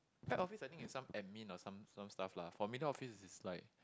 back office I think is some admin or some some stuff lah for middle office is like